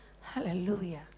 Hallelujah